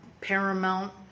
Paramount